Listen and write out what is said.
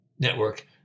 network